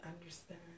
understand